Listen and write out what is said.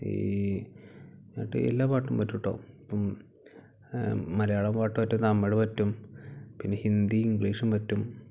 ഈ വീട്ടിൽ എല്ലാ പാട്ടും പറ്റും കേട്ടോ ഇപ്പം മലയാളം പാട്ട് പറ്റും തമിഴ് പറ്റും പിന്നെ ഹിന്ദി ഇംഗ്ലീഷും പറ്റും